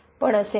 पण असे नाही